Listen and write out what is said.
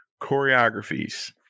choreographies